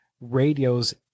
radios